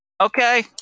Okay